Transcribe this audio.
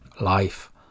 life